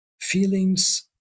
feelings